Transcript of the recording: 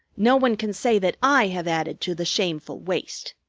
no one can say that i have added to the shameful waste.